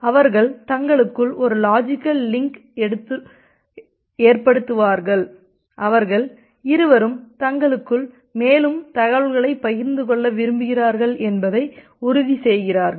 அவர்கள் தங்களுக்குள் ஒரு லாஜிக்கல் லிங்க் ஏற்படுத்துகிறார்கள் அவர்கள் இருவரும் தங்களுக்குள் மேலும் தகவல்களைப் பகிர்ந்து கொள்ள விரும்புகிறார்கள் என்பதை உறுதி செய்கிறார்கள்